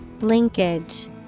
Linkage